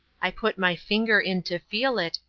i put my finger in, to feel it,